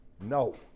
no